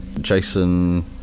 Jason